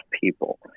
people